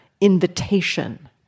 invitation